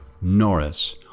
Norris